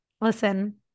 Listen